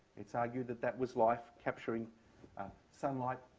it's argued that that was life capturing sunlight,